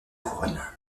couronne